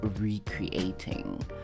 recreating